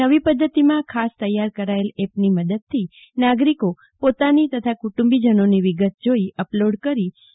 નવી પધ્ધતિમાં ખાસ તૈયાર કરાયેલ એપની મદદથી નાગરીકો પોતાની તથા કુટુંબીજનોની વિગતો જાતે જ અપલોડ કરી શકશે